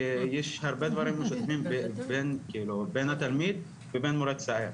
כי יש הרבה דברים משותפים בין התלמיד ובין מורה צעיר.